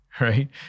right